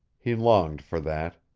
he longed for that.